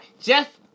Jeff